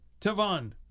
Tavon